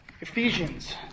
Ephesians